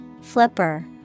Flipper